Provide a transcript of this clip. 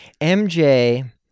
MJ